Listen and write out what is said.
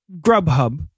Grubhub